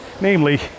namely